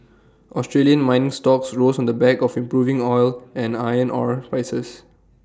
Australian mining stocks rose on the back of improving oil and iron ore prices